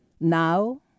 Now